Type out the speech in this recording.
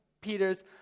Peter's